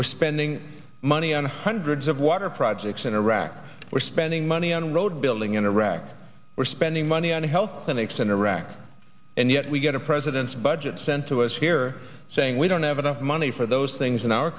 we're spending money on hundreds of water projects in iraq we're spending money on road building in iraq we're spending money on health clinics in iraq and yet we got a president's budget sent to us here saying we don't have enough money for those things in our